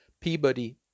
Peabody